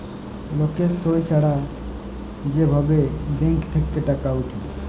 লকের সই ছাড়া যে ভাবে ব্যাঙ্ক থেক্যে টাকা উঠে